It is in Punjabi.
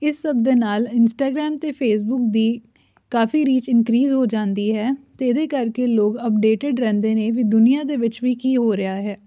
ਇਸ ਸਭ ਦੇ ਨਾਲ ਇੰਸਟਾਗਰਾਮ ਅਤੇ ਫੇਸਬੁੱਕ ਦੀ ਕਾਫੀ ਰੀਚ ਇਨਕਰੀਜ ਹੋ ਜਾਂਦੀ ਹੈ ਅਤੇ ਇਹਦੇ ਕਰਕੇ ਲੋਕ ਅਪਡੇਟਿਡ ਰਹਿੰਦੇ ਨੇ ਵੀ ਦੁਨੀਆਂ ਦੇ ਵਿੱਚ ਵੀ ਕੀ ਹੋ ਰਿਹਾ ਹੈ